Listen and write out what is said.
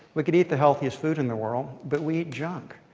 we could eat the healthiest food in the world but we eat junk.